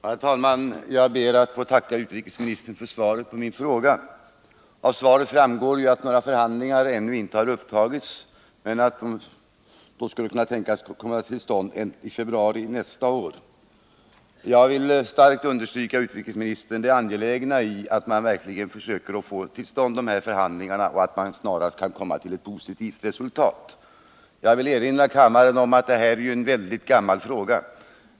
Herr talman! Jag ber att få tacka utrikesministern för svaret på min fråga. Av svaret framgår ju att några förhandlingar ännu inte har upptagits men att sådana skulle kunna tänkas komma till stånd i februari nästa år. Jag vill starkt understryka, herr utrikesminister, det angelägna i att man verkligen försöker få till stånd förhandlingar och att man snarast kan komma till ett positivt resultat. Låt mig erinra kammaren om att detta är en väldigt gammal fråga.